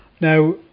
Now